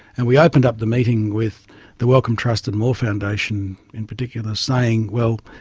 and we opened up the meeting with the wellcome trust and moore foundation in particular saying, well,